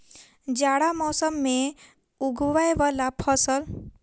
जाड़ा मौसम मे उगवय वला फसल?